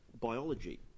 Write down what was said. biology